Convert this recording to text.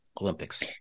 Olympics